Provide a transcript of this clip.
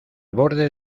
borde